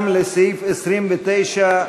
גם לסעיפים 29(5)